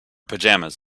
pajamas